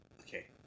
Okay